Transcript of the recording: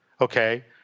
okay